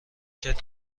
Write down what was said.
کرد